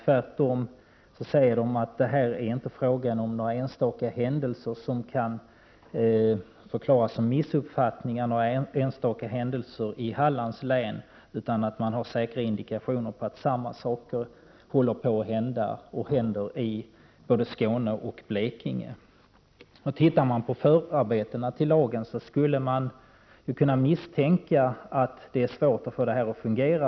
Tvärtom säger man att det inte är fråga om några enstaka händelser i Hallands län som kan bortförklaras som missuppfattningar. I stället finns det indikationer på att samma saker händer i både Skåne och Blekinge. Redan vid en studie av förarbetena till lagen uppstår misstanken att det är svårt att få ett samarbete att fungera.